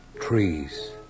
Trees